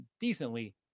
decently